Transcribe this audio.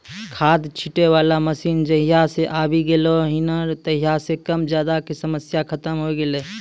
खाद छीटै वाला मशीन जहिया सॅ आबी गेलै नी हो तहिया सॅ कम ज्यादा के समस्या खतम होय गेलै